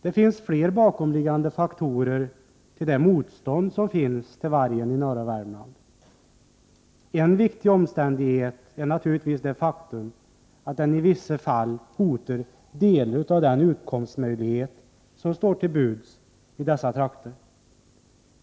Det finns också fler faktorer bakom det motstånd som i norra Värmland reses mot vargen. En viktig omständighet är naturligtvis det faktum att den i vissa fall hotar delar av de utkomstmöjligheter som står till buds i dessa trakter.